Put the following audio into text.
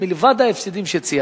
מלבד ההפסדים שציינת.